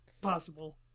possible